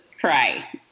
cry